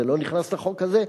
זה לא נכנס לחוק הזה,